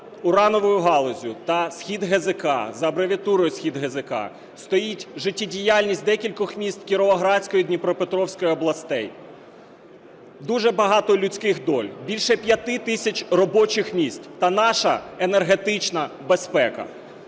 урановою галуззю та "Схід ГЗК", за абревіатурою "Схід ГЗК", стоїть життєдіяльність декількох міст Кіровоградської і Дніпропетровської областей, дуже багато людських доль, більше 5 тисяч робочих місць та наша енергетична безпека.